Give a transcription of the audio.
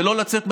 ולא לצאת מהבית,